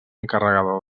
encarregada